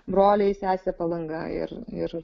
broliai sesė palanga ir ir